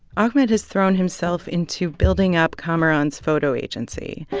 ahmed has thrown himself into building up kamaran's photo agency.